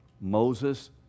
moses